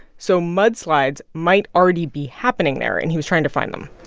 so mudslides might already be happening there, and he was trying to find them